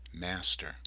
master